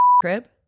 crib